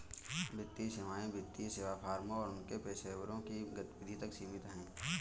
वित्तीय सेवाएं वित्तीय सेवा फर्मों और उनके पेशेवरों की गतिविधि तक सीमित हैं